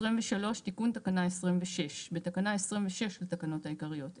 תיקון 23. תיקון תקנה 26. בתקנה 26 לתקנות העיקריות - (1)